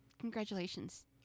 congratulations